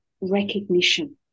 recognition